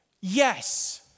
yes